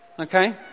Okay